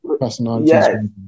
personalities